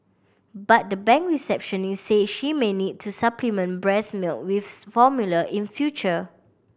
but the bank receptionist said she may need to supplement breast milk with formula in future